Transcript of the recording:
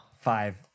Five